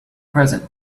present